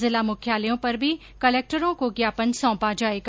जिला मुख्यालयों पर भी कलेक्टरों को ज्ञापन सौंपा जायेगा